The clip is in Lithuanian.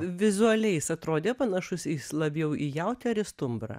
vizualiai jis atrodė panašus jis labiau į jautį ar į stumbrą